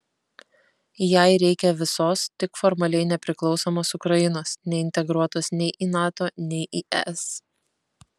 jai reikia visos tik formaliai nepriklausomos ukrainos neintegruotos nei į nato nei į es